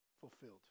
fulfilled